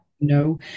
No